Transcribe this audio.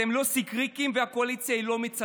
אתם לא סיקריקים והקואליציה היא לא מצדה.